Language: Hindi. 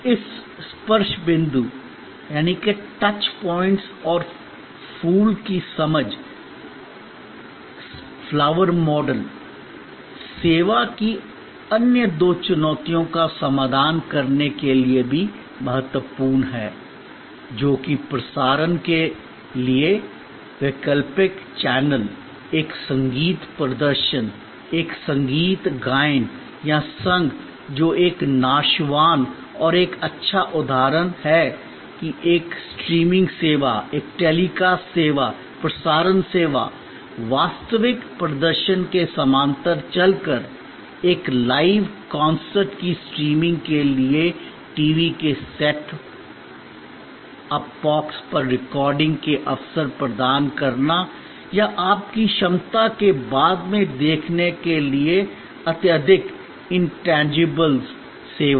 इस स्पर्श बिंदु और फूल की समझ सेवा की अन्य दो चुनौतियों का समाधान करने के लिए भी महत्वपूर्ण है जो कि प्रसारण के लिए वैकल्पिक चैनल एक संगीत प्रदर्शन एक संगीत गायन या संघ जो एक नाशवान और का एक अच्छा उदाहरण है एक स्ट्रीमिंग सेवा एक टेलीकास्ट सेवा प्रसारण सेवा वास्तविक प्रदर्शन के समानांतर चलकर एक लाइव कॉन्सर्ट की स्ट्रीमिंग के लिए टीवी के सेट अप बॉक्स पर रिकॉर्डिंग के अवसर प्रदान करना या आपकी क्षमता को बाद में देखने के लिए अत्यधिक इंटैंगिबल्स सेवा